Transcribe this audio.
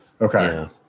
Okay